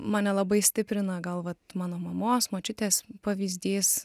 mane labai stiprina gal va mano mamos močiutės pavyzdys